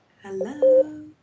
Hello